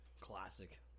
Classic